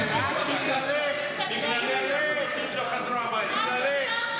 בגללך, בגללך, בגללך.